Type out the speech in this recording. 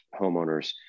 homeowners